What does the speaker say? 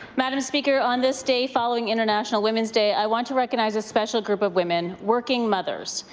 madam speaker on this day following international women's day i want to recognize a special group of women working mothers.